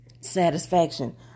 satisfaction